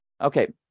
okay